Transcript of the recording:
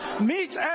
meet